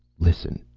listen!